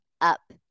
up